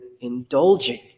indulging